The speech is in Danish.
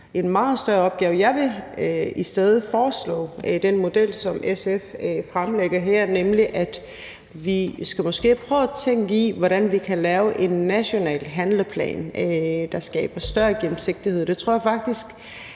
en meget større opgave. Jeg vil i stedet foreslå den model, som SF fremlægger her, nemlig at vi måske skal prøve at tænke i, hvordan vi kan lave en national handleplan, der skaber større gennemsigtighed.